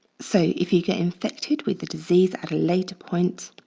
so if you get infected with the disease at a later point,